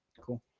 Cool